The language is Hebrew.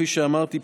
כפי שאמרתי,